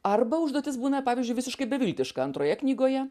arba užduotis būna pavyzdžiui visiškai beviltiška antroje knygoje